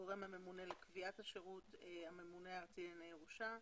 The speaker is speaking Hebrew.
הגורם הממונה לקביעת השירות הוא הממונה הארצי לענייני ירושה.